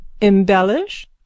Embellish